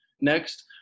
Next